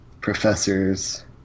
professors